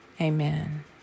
Amen